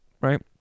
right